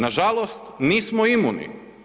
Nažalost, nismo imuni.